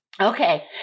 Okay